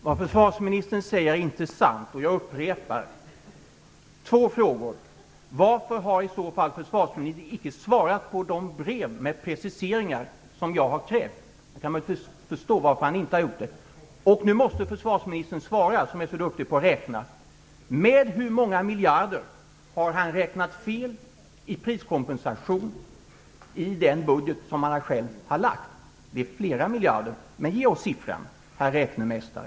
Fru talman! Vad försvarsministern säger är inte sant. Jag upprepar två frågor. Varför har försvarsministern i så fall inte svarat på brev med de preciseringar som jag har krävt? Jag kan förstå varför han inte har gjort det. Nu måste försvarsministern, som är så duktig på att räkna, svara. Med hur många miljarder har han räknat fel i priskompensation i den budget som han har lagt fram? Det är flera miljarder. Men ge oss siffran, herr räknemästare!